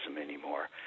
anymore